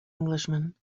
englishman